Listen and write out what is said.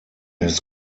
his